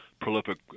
prolific